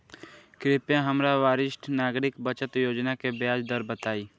कृपया हमरा वरिष्ठ नागरिक बचत योजना के ब्याज दर बताइं